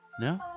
no